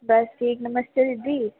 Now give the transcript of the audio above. बस ठीक नमस्ते दीदी